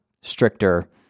stricter